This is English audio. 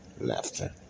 laughter